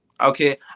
okay